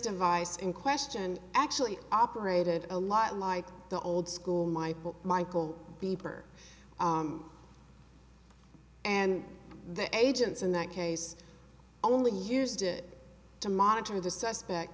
device in question actually operated a lot like the old school my book michael bieber and the agents in that case only used it to monitor the suspect